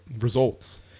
results